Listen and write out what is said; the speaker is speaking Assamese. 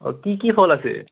অ' কি কি ফল আছে